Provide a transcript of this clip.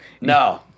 No